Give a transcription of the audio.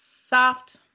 soft